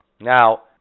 Now